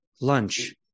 Lunch